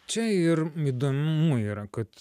čia ir įdomu yra kad